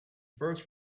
first